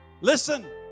Listen